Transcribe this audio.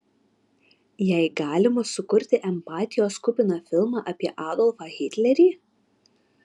jei galima sukurti empatijos kupiną filmą apie adolfą hitlerį